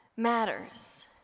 Matters